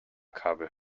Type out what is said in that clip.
kabel